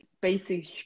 basic